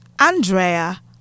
Andrea